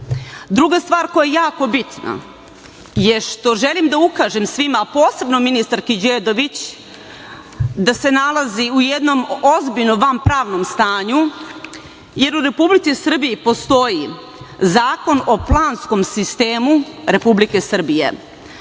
stvar koja je jako bitna je što želim da ukažem svima, a posebno ministarki Đedović, da se nalazi u jednom ozbiljnom vanpravnom stanju jer u Republici Srbiji postoji Zakon o planskom sistemu Republike Srbije.